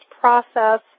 process